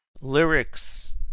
Lyrics